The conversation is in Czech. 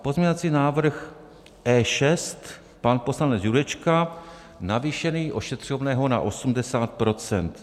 Pozměňovací návrh E6 pan poslanec Jurečka navýšení ošetřovného na 80 %.